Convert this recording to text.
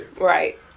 Right